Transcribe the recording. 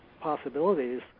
possibilities